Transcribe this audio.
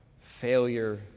failure